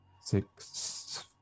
Six